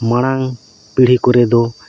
ᱢᱟᱲᱟᱝ ᱯᱤᱲᱦᱤ ᱠᱚᱨᱮ ᱫᱚ